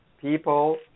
people